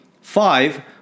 Five